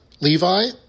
Levi